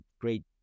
Great